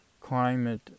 climate